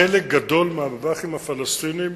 חלק גדול מהבב"חים הפלסטיניים,